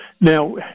Now